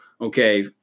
okay